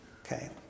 Okay